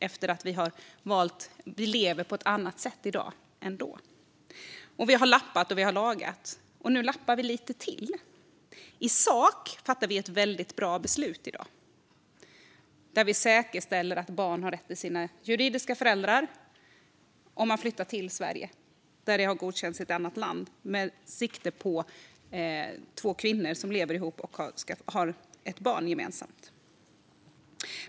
Eftersom vi lever på ett annat sätt i dag än då har vi lappat och lagat, och nu lappar vi lite till. I sak fattar vi ett väldigt bra beslut i dag, där vi säkerställer att barn har rätt till sina juridiska föräldrar om de flyttar till Sverige om föräldraskapet har godkänts i ett annat land. Lagstiftningen tar sikte på två kvinnor som lever ihop och har ett barn gemensamt.